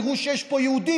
יראו שיש פה יהודים,